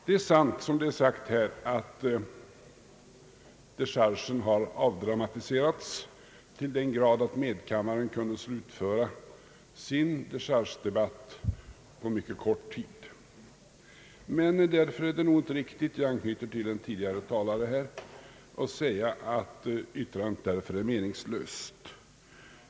Det är sant, som det är sagt här, att dechargen har avdramatiserats till den grad att medkammaren kunde slutföra sin dechargedebatt på mycket kort tid. Men därför är det nog inte riktigt — jag anknyter till den tidigare talaren här — att säga att yttrandet är meningslöst.